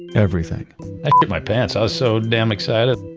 everything. i shit my pants i was so damn excited.